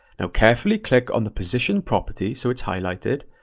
and i'll carefully click on the position property so it's highlighted,